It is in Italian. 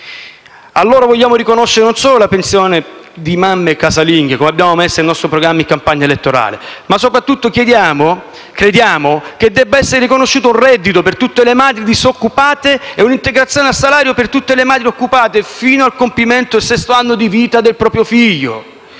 A loro vogliamo non solo riconoscere la pensione di mamme e casalinghe - come abbiamo previsto nel nostro programma in campagna elettorale - ma soprattutto crediamo che debbano essere riconosciuti un reddito per tutte le madri disoccupate e un'integrazione al salario per tutte le madri occupate, fino al compimento del sesto anno di vita del proprio figlio.